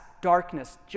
darkness